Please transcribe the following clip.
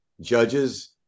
judges